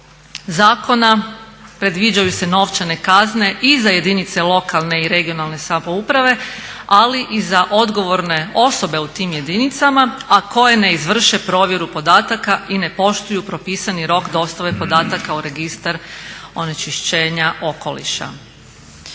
zakona predviđaju se novčane kazne i za jedinice lokalne i regionalne samouprave ali i za odgovorne osobe u tim jedinicama a koje ne izvrše provjeru podataka i ne poštuju propisani rok dostave podataka u registar onečišćenja okoliša.